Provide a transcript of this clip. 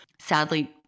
sadly